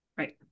Right